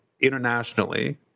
internationally –